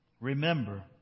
Remember